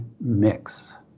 mix